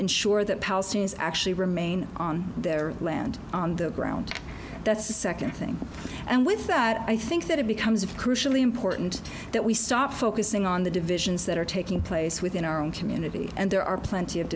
ensure that palestinians actually remain on their land on the ground that's the second thing and with that i think that it becomes of crucially important that we stop focusing on the divisions that are taking place within our own community and there are plenty of